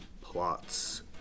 Plots